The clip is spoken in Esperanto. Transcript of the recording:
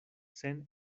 sen